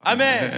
Amen